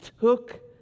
took